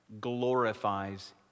glorifies